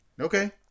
Okay